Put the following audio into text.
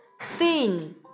Thin